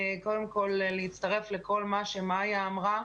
קודם כל להצטרף לכל מה שמיה אמרה.